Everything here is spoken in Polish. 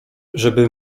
żeby